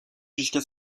jusqu’à